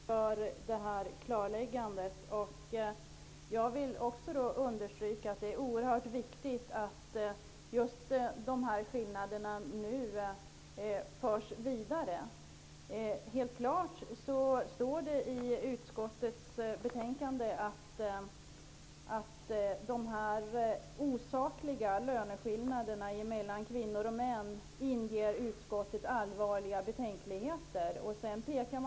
Fru talman! Jag vill tacka Isa Halvarsson för det här klarläggandet. Jag vill också understryka att det är oerhört viktigt att kunskapen om dessa skillnader förs vidare. Det står helt klart i utskottets betänkande att de osakliga löneskillnaderna mellan kvinnor och män inger utskottet allvarliga betänkligheter.